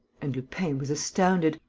and lupin was astounded.